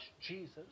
Jesus